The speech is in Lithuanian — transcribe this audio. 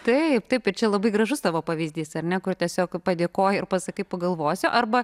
taip taip ir čia labai gražus tavo pavyzdys ar ne kur tiesiog padėkoji ir pasakai pagalvosiu arba